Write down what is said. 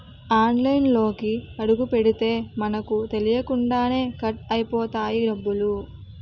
ఆన్లైన్లోకి అడుగుపెడితే మనకు తెలియకుండానే కట్ అయిపోతాయి డబ్బులు